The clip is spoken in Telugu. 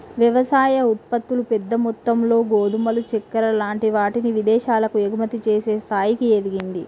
వ్యవసాయ ఉత్పత్తులు పెద్ద మొత్తములో గోధుమలు చెక్కర లాంటి వాటిని విదేశాలకు ఎగుమతి చేసే స్థాయికి ఎదిగింది